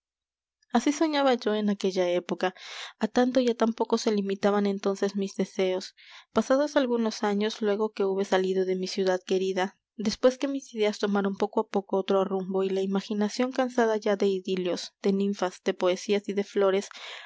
así soñaba yo en aquella época á tanto y á tan poco se limitaban entonces mis deseos pasados algunos años luego que hube salido de mi ciudad querida después que mis ideas tomaron poco á poco otro rumbo y la imaginación cansada ya de idilios de ninfas de poesías y de flores